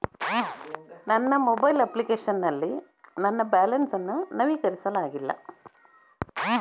ನನ್ನ mobile application ನಲ್ಲಿ ನನ್ನ ಬ್ಯಾಲೆನ್ಸ್ ಅನ್ನು ನವೀಕರಿಸಲಾಗಿಲ್ಲ